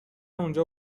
اونجا